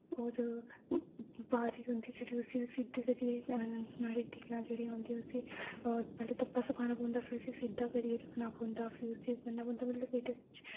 होर बारी होंदी जेह्ड़ी उस्सी सिद्धी करियै नोह्ड़ी तिला जेह्ड़ियां होन्दियां पैह्ले धुप्पे सकाना पौंदा फिर उस्सी सिद्धा करिये रक्खना पौंदा फ्ही उस्सी करना पौंदा मतलब एह्दे च